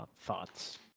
thoughts